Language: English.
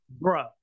bro